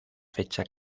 fecha